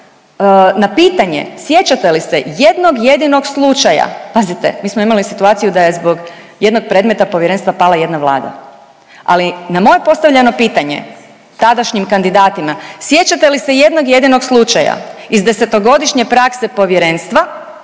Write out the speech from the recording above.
na pitanje, sjećate li se jednog jedinog slučaja, pazite mi smo imali situaciju da je zbog jednog predmeta povjerenstva pala jedna vlada, ali na moje postavljeno pitanje tadašnjim kandidatima, sjećate li se jednog jedinog slučaja iz desetogodišnje prakse povjerenstva,